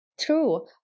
True